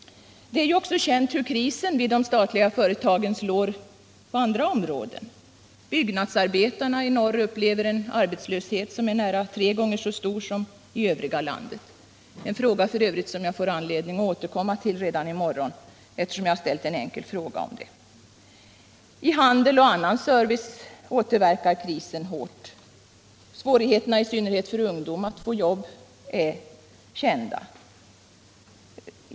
Det är också känt hur krisen vid de statliga företagen slår på andra områden. Byggnadsarbetarna i norr upplever en arbetslöshet som är nära tre gånger så stor som i övriga landet — f. ö. ett problem som jag får anledning att återkomma till redan i morgon, eftersom jag har ställt en fråga om det. I handel och annan serviceverksamhet återverkar krisen hårt. Svårigheterna, i synnerhet för ungdom, att få jobb är kända.